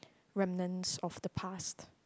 reminiscence of the past